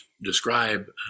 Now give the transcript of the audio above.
describe